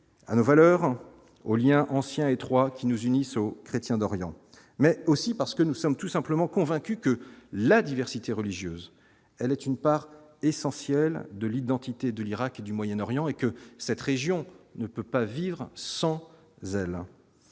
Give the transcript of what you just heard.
à nos valeurs, aux Liens anciens et étroits qui nous unissent au chrétiens d'Orient mais aussi parce que nous sommes tout simplement convaincu que la diversité religieuse, elle est une part essentielle de l'identité de l'Irak et du Moyen-Orient, et que cette région ne peut pas vivre sans sel,